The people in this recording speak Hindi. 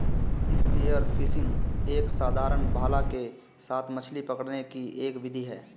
स्पीयर फिशिंग एक साधारण भाला के साथ मछली पकड़ने की एक विधि है